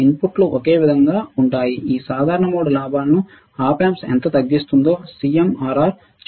ఇన్పుట్లు ఒకే విధంగా ఉంటాయి ఈ సాధారణ మోడ్ లాభాలను ఆప్ ఆంప్ ఎంత తగ్గిస్తుందో CMRR చెబుతుంది